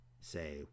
say